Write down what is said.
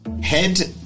head